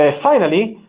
ah finally,